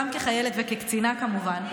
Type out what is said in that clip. גם כחיילת וכקצינה כמובן,